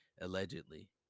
allegedly